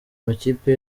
amakipe